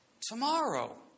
Tomorrow